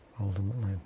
Ultimately